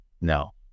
No